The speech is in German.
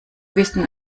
wissen